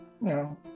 No